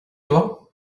toi